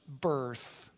birth